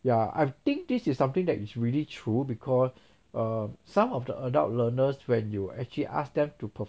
ya I think this is something that is really true because err some of the adult learners when you actually ask them to perf~